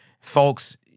Folks